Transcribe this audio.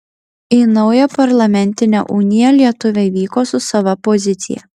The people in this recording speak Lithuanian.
į naują parlamentinę uniją lietuviai vyko su sava pozicija